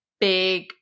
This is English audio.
big